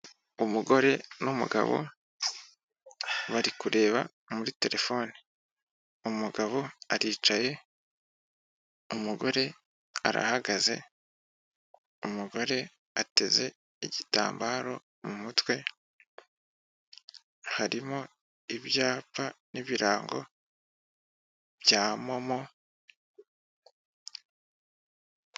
Umugore n'umugabo bari kureba muri telefoni. Umugabo aricaye, umugore arahagaze, umugore ateze igitambaro mu mutwe, harimo ibyapa n'ibirango bya momo